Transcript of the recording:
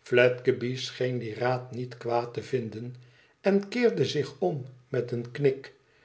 fledgeby scheen dien raad niet kwaad te vinden en keerde zich om met een knik